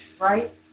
right